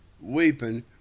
weeping